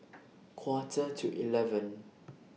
Quarter to eleven